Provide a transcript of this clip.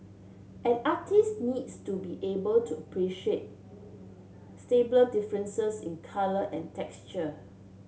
an artist needs to be able to appreciate differences in colour and texture